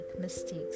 mistakes